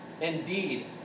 Indeed